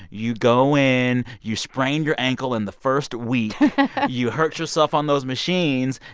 you go in. you sprain your ankle in the first week you hurt yourself on those machines,